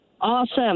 Awesome